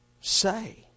say